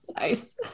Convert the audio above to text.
Nice